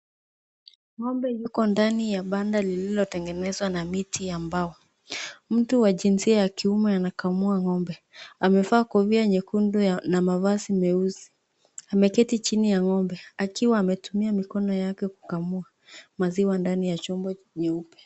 Ng'ombe yuko ndani ya banda lililotengenezwa na miti ya mbao. Mtu wa jinsia ya kiume anakamua ng'ombe. Amevaa kofia nyekundu na mavazi meusi. Ameketi chini ya ng'ombe akiwa ametumia mikono yake kukamua maziwa ndani ya chombo nyeupe.